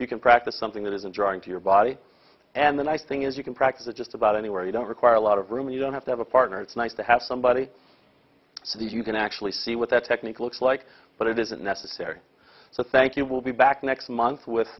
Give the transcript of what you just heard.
you can practice something that is a drawing to your body and the nice thing is you can practice just about anywhere you don't require a lot of room you don't have to have a partner it's nice to have somebody so these you can actually see what that technique looks like but it isn't necessary so thank you will be back next month with